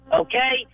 okay